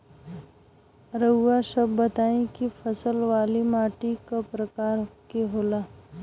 रउआ सब बताई कि फसल वाली माटी क प्रकार के होला?